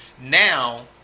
now